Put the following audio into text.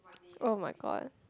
[oh]-my-god